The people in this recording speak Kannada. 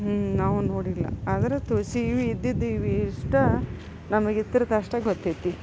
ನಾವು ನೋಡಿಲ್ಲ ಆದ್ರೆ ತುಳಸಿ ಇವಿದ್ದಿದ್ದು ಇವಿಷ್ಟು ನಮಗೆ ಇದ್ರದ್ದು ಅಷ್ಟೇ ಗೊತ್ತೈತಿ